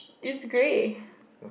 it's grey